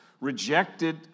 rejected